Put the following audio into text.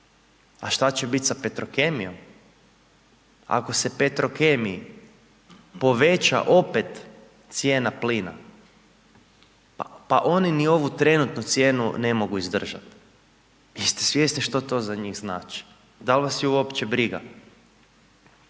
A što će biti sa petrokemijom? Ako se petrokemiji poveća opet cijena plina, pa oni ni ovu trenutnu cijenu ne mogu izdržati. Jeste svjesni što to za njih znači, dal vas je uopće briga?